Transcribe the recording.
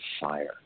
fire